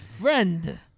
friend